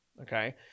Okay